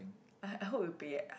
I I hope will pay ah